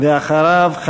ואחריו,